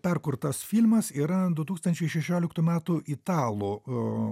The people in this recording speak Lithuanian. perkurtas filmas yra du tūkstančiai šešioliktų metų italų